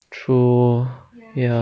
true ya